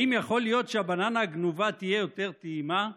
האם יכול להיות שהבננה הגנובה תהיה יותר טעימה?